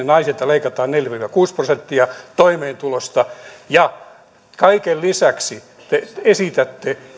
naisilta leikataan neljä viiva kuusi prosenttia toimeentulosta kaiken lisäksi te esitätte